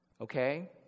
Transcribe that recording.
Okay